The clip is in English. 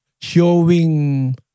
showing